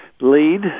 lead